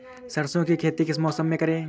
सरसों की खेती किस मौसम में करें?